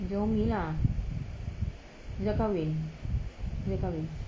macam umi lah dia dah kahwin dia dah kahwin